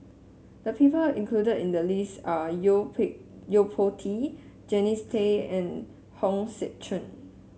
the people included in the list are Yo Yo Po Tee Jannie's Tay and Hong Sek Chern